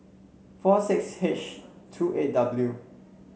four six H two eight W